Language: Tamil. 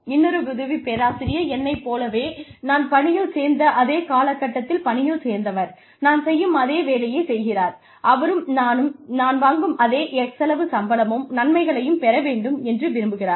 இன்னொரு உதவி பேராசிரியர் என்னைப் போலவே நான் பணியில் சேர்ந்த அதே கால கட்டத்தில் பணியில் சேர்ந்தவர் நான் செய்யும் அதே வேலையை செய்கிறார் அவரும் நான் வாங்கும் அதே x அளவு சம்பளமும் நன்மைகளும் பெற வேண்டும் என்று விரும்புகிறார்